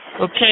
Okay